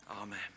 Amen